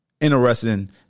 interesting